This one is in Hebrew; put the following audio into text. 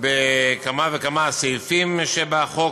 תיקונים בכמה וכמה סעיפים שבחוק,